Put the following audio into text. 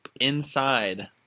inside